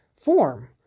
form